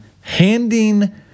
handing